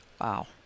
Wow